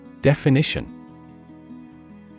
Definition